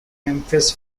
memphis